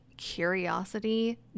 curiosity